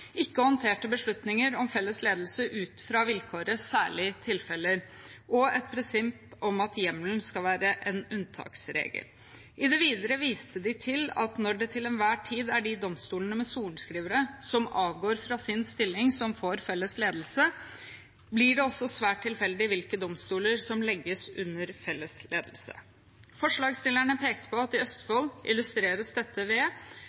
ikke håndterte beslutninger om felles ledelse ut fra vilkåret «særlige tilfeller», og et prinsipp om at hjemmelen skal være en unntaksregel. I det videre viste de til at når det til enhver tid er de domstolene med sorenskrivere som avgår fra sin stilling som får felles ledelse, blir det også svært tilfeldig hvilke domstoler som legges under felles ledelse. Forslagsstillerne pekte på at i Østfold illustreres dette